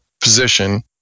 position